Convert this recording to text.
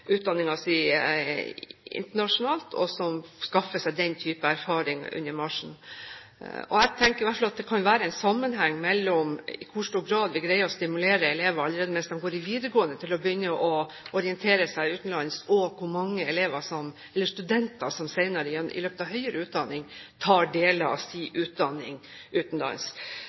internasjonalt, og som skaffer seg den type erfaring under marsjen. Jeg tenker i hvert fall at det kan være en sammenheng mellom i hvor stor grad vi greier å stimulere elevene allerede mens de går i videregående, til å begynne å orientere seg utenlands, og hvor mange studenter som senere igjen, i løpet av høyere utdanning, tar deler av sin utdanning